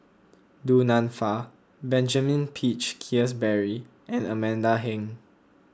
Du Nanfa Benjamin Peach Keasberry and Amanda Heng